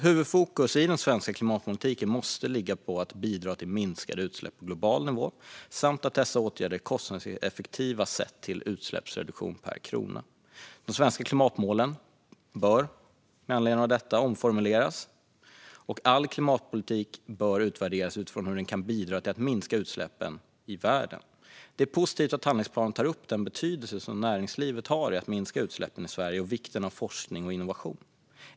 Huvudfokus i den svenska klimatpolitiken måste ligga på att bidra till minskade utsläpp på global nivå samt att åtgärderna är kostnadseffektiva sett till utsläppsreduktion per krona. De svenska klimatmålen bör med anledning av detta omformuleras, och all klimatpolitik bör utvärderas utifrån hur den kan bidra till att minska utsläppen i världen. Det är positivt att handlingsplanen tar upp näringslivets betydelse för att minska utsläppen i Sverige och vikten av forskning och innovation.